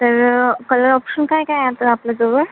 तर colour option काय काय आहे आपलं आपल्याजवळ